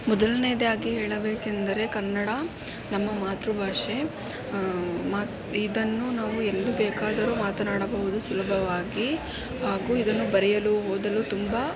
ಮೊದಲನೇದಾಗಿ ಹೇಳಬೇಕೆಂದರೆ ಕನ್ನಡ ನಮ್ಮ ಮಾತೃಭಾಷೆ ಇದನ್ನು ನಾವು ಎಲ್ಲೂ ಬೇಕಾದರೂ ಮಾತನಾಡಬಹುದು ಸುಲಭವಾಗಿ ಹಾಗೂ ಇದನ್ನು ಬರೆಯಲು ಓದಲು ತುಂಬ